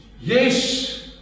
yes